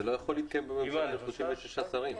זה לא יכול להתקיים בממשלה של 36 שרים.